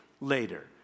later